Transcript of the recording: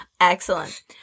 Excellent